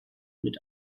mit